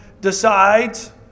decides